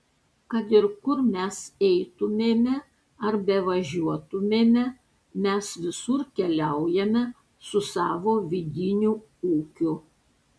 kad ir kur mes eitumėme ar bevažiuotumėme mes visur keliaujame su savo vidiniu ūkiu